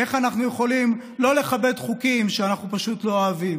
איך אנחנו יכולים לא לכבד חוקים שאנחנו פשוט לא אוהבים.